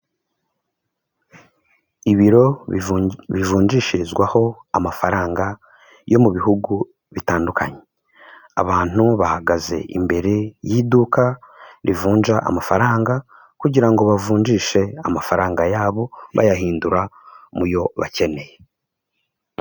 Ibiro bivunjishirizwaho amafaranga yo mu bihugu bitandukanye, abantu bahagaze imbere y'iduka rivunja amafaranga kugira ngo bavunjishe amafaranga yabo bayahindura mu yo bakeneye.